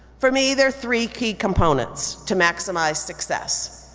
for me, there are three key components to maximize success,